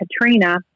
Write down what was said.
Katrina